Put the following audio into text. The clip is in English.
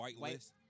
whitelist